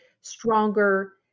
stronger